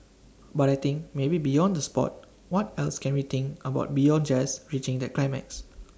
but I think maybe beyond the Sport what else can we think about beyond just reaching that climax